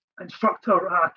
instructor